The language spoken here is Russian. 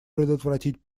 предотвратить